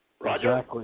Roger